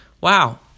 Wow